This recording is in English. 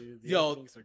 yo